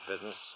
business